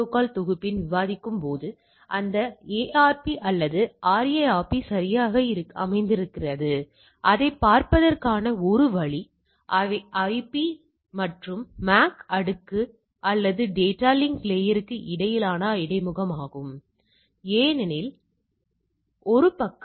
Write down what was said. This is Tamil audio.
எனவே பொதுவாக இது நான் உங்களுக்குக் காட்டியது போல் நேர்மறையாக வளைந்திருக்கிறது பொதுவாக உங்களுக்குத் தெரிந்ததுபோல் நேர்மறையாக வளைந்திருக்கிறது